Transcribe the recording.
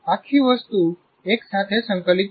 આખી વસ્તુ એકસાથે સંકલિત છે